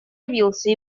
явился